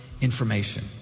information